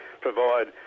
provide